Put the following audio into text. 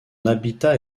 habitat